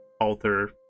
alter